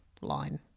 line